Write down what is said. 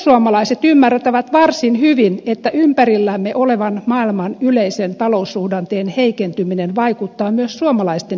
perussuomalaiset ymmärtävät varsin hyvin että ympärillämme olevan maailman yleisen taloussuhdanteen heikentyminen vaikuttaa myös suomalaisten hyvinvointiin